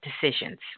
decisions